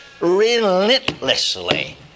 relentlessly